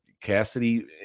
Cassidy